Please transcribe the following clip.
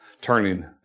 turning